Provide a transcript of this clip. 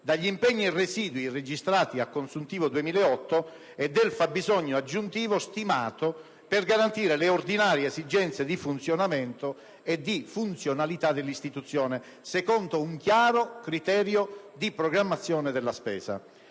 degli impegni residui registrati a consuntivo 2008 e del fabbisogno aggiuntivo stimato per garantire le ordinarie esigenze di funzionamento e di funzionalità dell'Istituzione, secondo un chiaro criterio di programmazione della spesa.